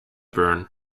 burn